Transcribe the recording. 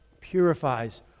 purifies